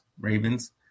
Ravens